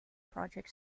project